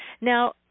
now